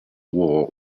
war